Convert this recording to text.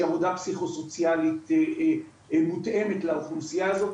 עבודה פסיכוסוציאלית מותאמת לאוכלוסיה הזאת,